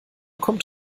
kommt